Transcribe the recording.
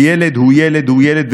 שילד הוא ילד הוא ילד,